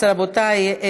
רבותי,